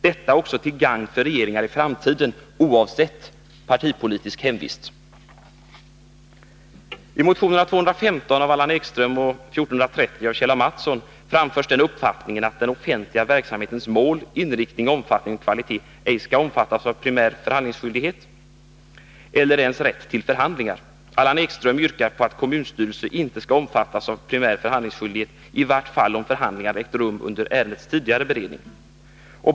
Detta är också till gagn för regeringar i framtiden, oavsett partipolitisk hemvist. Allan Ekström yrkar på att kommunstyrelse inte skall omfattas av primärförhandlingsskyldighet, i vart fall inte om förhandlingar ägt rum under ärendets tidigare beredning.